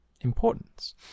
importance